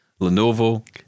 Lenovo